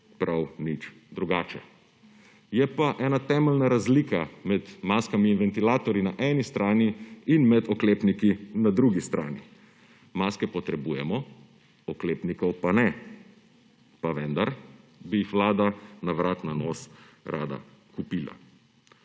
prav nič drugače. Je pa ena temeljna razlika med maskami in ventilatorji na eni strani in oklepniki na drugi strani − maske potrebujemo, oklepnikov pa ne. Pa vendar bi jih vlada na vrat na nos rada kupila.